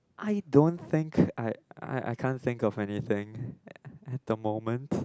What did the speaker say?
I don't think I I I can't think of anything at the moment